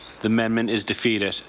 the amendment is defeated.